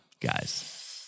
guys